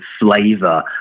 flavor